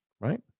Right